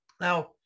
Now